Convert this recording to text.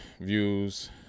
views